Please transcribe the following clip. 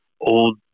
old